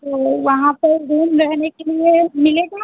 तो वहाँ पर रूम रहने के लिए मिलेगा